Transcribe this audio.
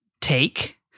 take